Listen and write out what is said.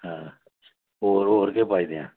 हां होर होर केह् पाई देआं